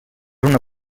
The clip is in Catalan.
una